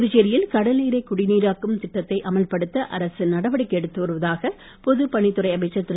புதுச்சேரியில் கடல்நீரை குடிநீராக்கும் திட்டத்தை அமல்படுத்த அரசு நடவடிக்கை எடுத்து வருவதாக பொதுப் பணித்துறை அமைச்சர் திரு